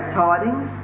tidings